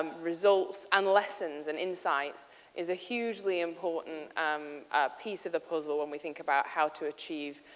um result and lessons and insight is a hugely important piece of the puzzle and we think about how to achieve,